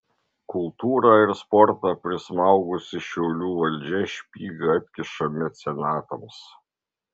kultūrą ir sportą prismaugusi šiaulių valdžia špygą atkiša mecenatams